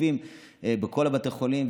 רופאים בכל בתי החולים,